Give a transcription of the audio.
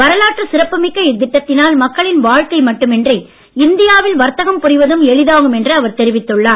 வரலாற்று சிறப்பு மிக்க இத்திட்டத்தினால் மக்களின் வாழ்க்கை மட்டுமின்றி இந்தியாவில் வர்த்தகம் புரிவதும் எளிதாகும் என்று அவர் தெரிவித்துள்ளார்